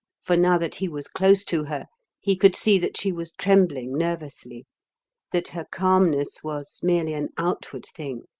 for now that he was close to her he could see that she was trembling nervously that her calmness was merely an outward thing,